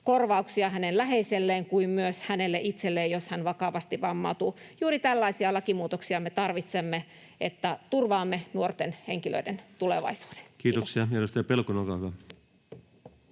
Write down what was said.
korvauksia hänen läheiselleen kuin myös hänelle itselleen, jos hän vammautuu vakavasti. Juuri tällaisia lakimuutoksia tarvitsemme, että turvaamme nuorten henkilöiden tulevaisuuden. — Kiitos.